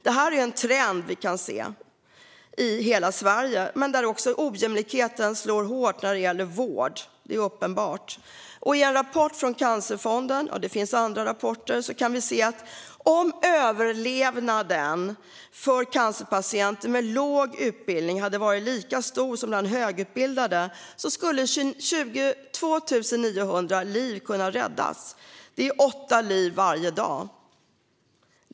Det här är en trend vi kan se i hela Sverige. Ojämlikheten slår också hårt när det gäller vård. Det är uppenbart. I en rapport från Cancerfonden, liksom i andra rapporter, kan vi se att om överlevnaden för cancerpatienter med låg utbildning hade varit lika stor som för högutbildade skulle 22 900 liv kunna räddas. Det är åtta liv varje dag.